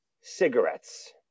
cigarettes